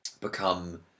become